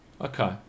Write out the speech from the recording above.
Okay